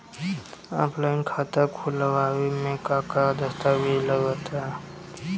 Offline खाता खुलावे म का का दस्तावेज लगा ता?